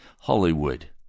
Hollywood